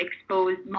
exposed